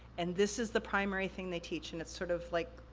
and this is the primary thing they teach, and it's sort of like,